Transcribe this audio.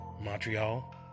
Montreal